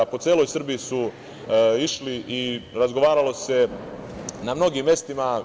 Po celoj Srbiji su išli i razgovaralo se na mnogim mestima.